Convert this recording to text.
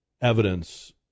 evidence